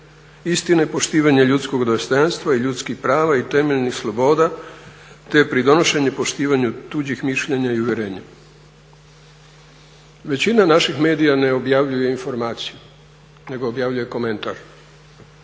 istine, poštovanje ljudskog dostojanstva i ljudskih prava i temeljnih sloboda te pridonošenje poštivanju tuđih mišljenja i uvjerenja." Većina naših medija ne objavljuje informaciju nego objavljuje komentar,